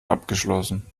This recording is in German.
abgeschlossen